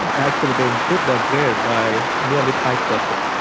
actually they improved their grade by nearly five percent.